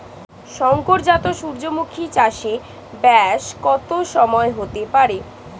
শংকর জাত সূর্যমুখী চাসে ব্যাস কত সময় হতে পারে?